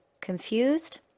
confused